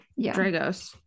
dragos